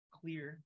clear